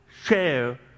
share